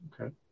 Okay